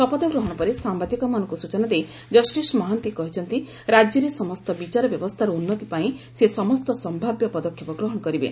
ଶପଥ ଗ୍ରହଣ ପରେ ସାମ୍ବାଦିକମାନଙ୍କୁ ସୂଚନା ଦେଇ କଷ୍ଟିସ୍ ମହାନ୍ତି କହିଛନ୍ତି ରାଜ୍ୟରେ ସମସ୍ତ ବିଚାର ବ୍ୟବସ୍ଥାର ଉନ୍ନତି ପାଇଁ ସେ ସମସ୍ତ ସମ୍ଭାବ୍ୟ ପଦକ୍ଷେପ ଗ୍ରହଣ କରିବେ